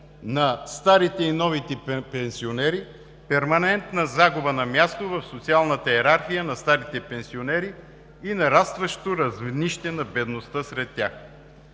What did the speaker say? на старите и новите пенсионери, перманентна загуба на място в социалната йерархия на старите пенсионери и нарастващо равнище на бедността сред тях“.